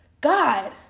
god